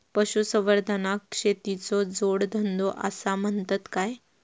पशुसंवर्धनाक शेतीचो जोडधंदो आसा म्हणतत काय?